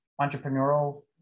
entrepreneurial